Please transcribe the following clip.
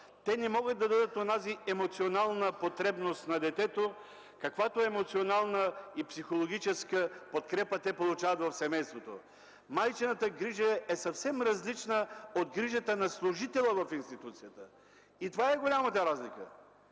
те не могат да дадат онази емоционална потребност на детето, каквато емоционална и психологическа подкрепа то получава в семейството. Майчината грижа е съвсем различна от грижата на служителя в институцията. И в това е голямата разлика,